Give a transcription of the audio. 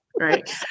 right